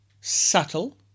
subtle